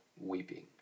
weeping